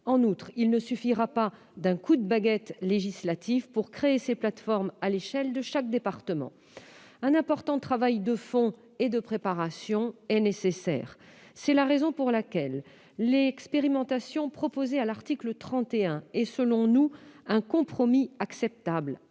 En outre, il ne suffira pas d'un coup de baguette législative pour créer ces plateformes à l'échelle de chaque département. Un important travail de fond et de préparation est nécessaire. C'est la raison pour laquelle l'expérimentation proposée à l'article 31 est, selon nous, un compromis acceptable,